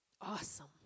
Awesome